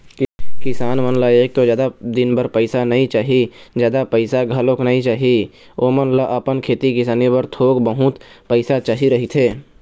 किसान मन ल एक तो जादा दिन बर पइसा नइ चाही, जादा पइसा घलोक नइ चाही, ओमन ल अपन खेती किसानी बर थोक बहुत पइसा चाही रहिथे